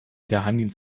geheimdienst